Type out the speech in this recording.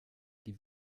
die